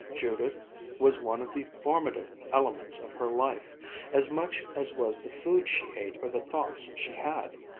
judith was one of the formative elements of her life as much as was the food she ate or the thoughts she had.